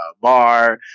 bar